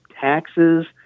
taxes